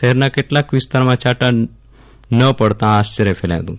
શહેરના કેટલાક વિસ્તારમાં છાંટા પણ ન પડતાં આશ્વર્ય ફેલાયું હતું